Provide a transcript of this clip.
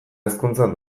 hezkuntzan